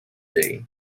day